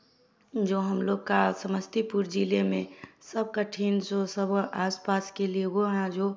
जो हम लोग का समस्तीपुर जिले में सब कठिन सु सब आसपास की लोगों है जो